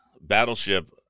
battleship